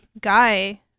guy